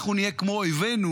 אנחנו נהיה כמו אויבינו,